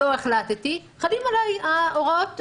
לא החלטתי, חלות עליי ההוראות.